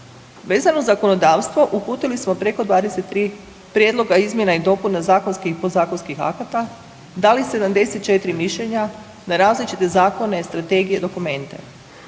Vezano za zakonodavstvo, uputili smo preko 23 prijedloga izmjena i dopuna zakonskih i podzakonskih akata, dali 74 mišljenja na različite zakone, strategije, dokumente.